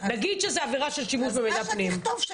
נגיד שזה עבירה של שימוש במידע פנים,